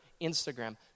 Instagram